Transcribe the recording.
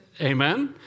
Amen